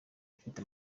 ifite